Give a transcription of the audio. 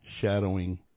shadowing